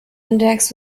index